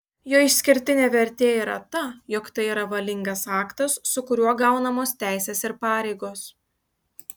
jo išskirtinė vertė yra ta jog tai yra valingas aktas su kuriuo gaunamos teisės ir pareigos